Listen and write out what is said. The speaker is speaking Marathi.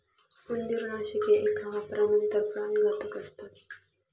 उंदीरनाशके एका वापरानंतर प्राणघातक असतात